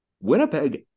Winnipeg